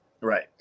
Right